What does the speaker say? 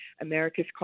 America's